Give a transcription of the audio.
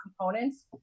components